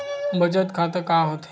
बचत खाता का होथे?